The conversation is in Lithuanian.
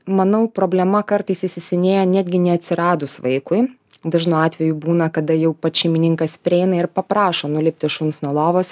manau problema kartais įsisenėja netgi neatsiradus vaikui dažnu atveju būna kada jau pats šeimininkas prieina ir paprašo nulipti šuns nuo lovos